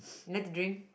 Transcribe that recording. like to drink